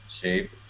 shape